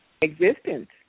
existence